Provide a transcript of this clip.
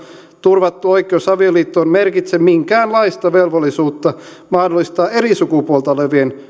turvattu oikeus avioliittoon merkitse minkäänlaista velvollisuutta mahdollistaa eri sukupuolta olevien